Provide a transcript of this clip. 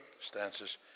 stances